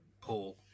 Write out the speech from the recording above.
Paul